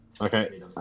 Okay